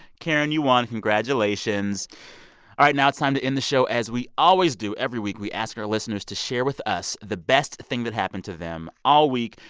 karen, you won. congratulations. all right. now, it's time to end the show as we always do. every week, we ask our listeners to share with us the best thing that happened to them all week.